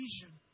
vision